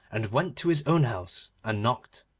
and went to his own house and knocked.